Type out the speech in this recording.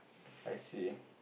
I see